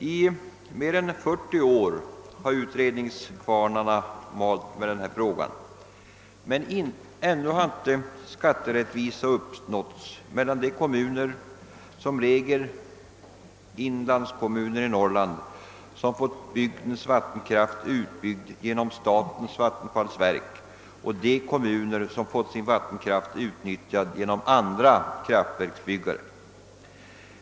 I mer än 40 år har utredningskvar narna malt, men ännu har inte skatterättvisa uppnåtts mellan de kommuner 1 Norrland, som regel inlandskommuner, som fått bygdens vattenkraft utbyggd - genom .statens vattenfallsverk, och de kommuner som fått sin vattenkraft utnyttjad genom andra kraftverksbyggare.